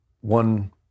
one